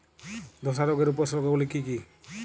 ধসা রোগের উপসর্গগুলি কি কি?